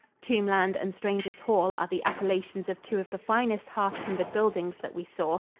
tombland and strangers' hall are the appellations of two of the finest half-timbered buildings that we saw.